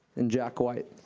and jack white.